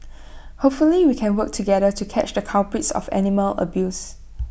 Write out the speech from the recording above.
hopefully we can work together to catch the culprits of animal abuse